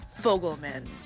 Fogelman